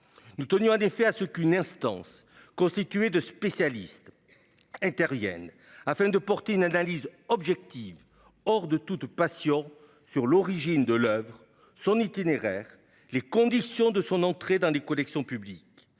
Nous tenions en effet à ce qu'une instance constituée de spécialistes intervienne, afin de porter une analyse objective, hors de toute passion, sur l'origine de l'oeuvre, son itinéraire, les conditions de son entrée dans les collections publiques.